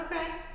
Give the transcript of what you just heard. Okay